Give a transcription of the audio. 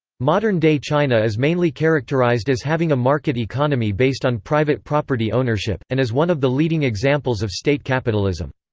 modern-day china is mainly characterized as having a market economy based on private property ownership, and is one of the leading examples of state capitalism.